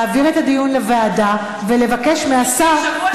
להעביר את הדיון לוועדה ולבקש מהשר,